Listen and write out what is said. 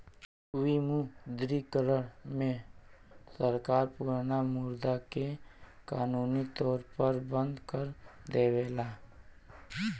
विमुद्रीकरण में सरकार पुराना मुद्रा के कानूनी तौर पर बंद कर देवला